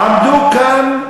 עמדו כאן,